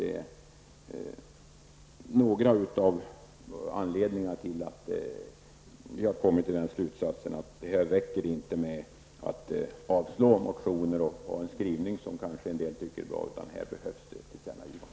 Det är en anledning till att vi drar slutsatsen att det inte räcker med avslag på motioner eller en skrivning som kanske en del tycker är bra. Här behövs det i stället ett tillkännagivande.